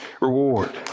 reward